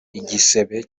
igisebe